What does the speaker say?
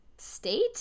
State